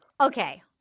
Okay